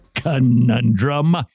Conundrum